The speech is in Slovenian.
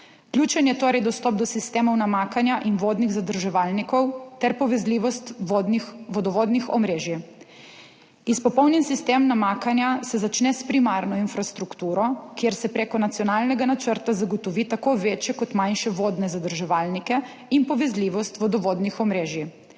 Ključen je torej dostop do sistemov namakanja in vodnih zadrževalnikov ter povezljivost vodovodnih omrežij. Izpopolnjen sistem namakanja se začne s primarno infrastrukturo, kjer se preko nacionalnega načrta zagotovi tako večje kot manjše vodne zadrževalnike in povezljivost vodovodnih omrežij.